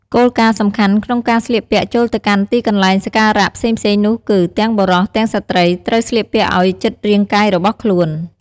គោលគារណ៍សំខាន់ក្នុងការស្លៀកពាក់ចូលទៅកាន់ទីកន្លែងសក្ការៈផ្សេងៗនោះគឺ ទាំងបុរស ទាំងស្រ្តីត្រូវស្លៀកពាក់ឲ្យជិតរាងកាយរបស់ខ្លួន។